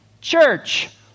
Church